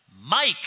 Mike